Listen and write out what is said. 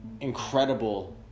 incredible